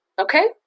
Okay